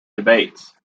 debates